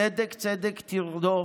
צדק צדק תרדוף,